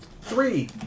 Three